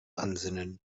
ansinnen